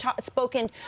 spoken